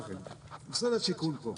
משרד השיכון פה.